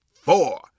four